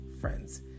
friends